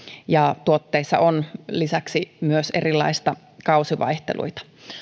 ja tuotteissa on lisäksi myös erilaista kausivaihtelua